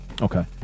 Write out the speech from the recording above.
Okay